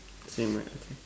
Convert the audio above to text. same right okay